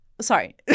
Sorry